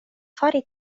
fari